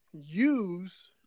use